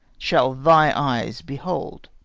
shall thy eyes behold.